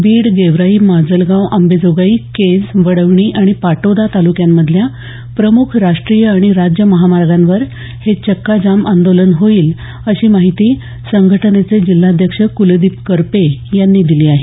बीड गेवराई माजलगाव आंबेजोगाई केज वडवणी आणि पाटोदा तालुक्यांमधल्या प्रमुख राष्ट्रीय आणि राज्य महामार्गांवर हे चक्का जाम आंदोलन होईल अशी माहिती संघटनाजिल्हाध्यक्ष कूलदीप करपे यांनी दिली आहे